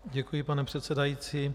Děkuji, pane předsedající.